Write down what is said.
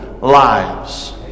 Lives